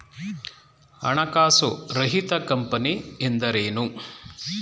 ಹಣಕಾಸು ರಹಿತ ಕಂಪನಿ ಎಂದರೇನು?